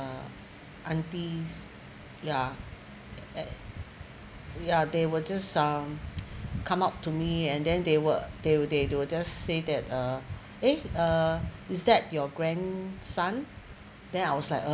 aunties ya a~ ya they will just ah come up to me and then they will they'll they will say that uh eh uh is that your grandson then I was like uh